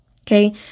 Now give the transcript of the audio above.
Okay